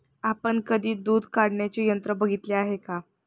आपण कधी दूध काढण्याचे यंत्र बघितले आहे का?